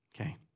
Okay